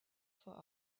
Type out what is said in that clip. for